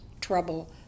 trouble